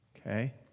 Okay